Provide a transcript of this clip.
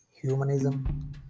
humanism